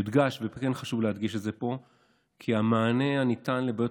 כן חשוב להדגיש פה כי המענה הניתן לבעיות